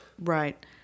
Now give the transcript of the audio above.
Right